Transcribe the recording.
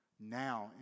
now